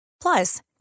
Plus